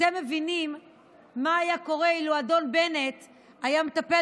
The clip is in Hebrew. אתם מבינים מה היה קורה אילו אדון בנט היה מטפל